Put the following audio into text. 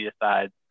decides